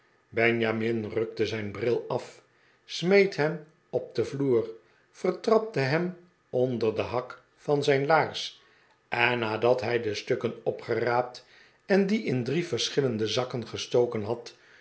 benjamin rukte zijn bril af smeet hem op den vloer vertrapte hem onder den hak van zijn laars en nadat hij de stukken opgeraapt en die in drie verschillende zakken gestoken had